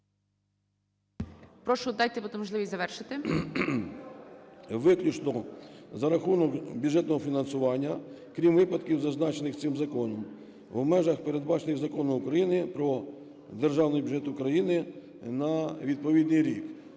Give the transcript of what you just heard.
Прошу дайте можливість завершити. ПАЛАМАРЧУК М.П. "… виключно за рахунок бюджетного фінансування, крім випадків, зазначених цим законом, в межах передбачених Законом України "Про Державний бюджет України" на відповідний рік".